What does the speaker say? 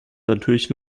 natürlich